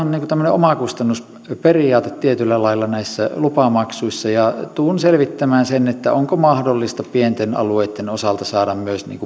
on niin kuin tämmöinen omakustannusperiaate tietyllä lailla näissä lupamaksuissa ja tulen selvittämään sen onko mahdollista pienten alueitten osalta saada myös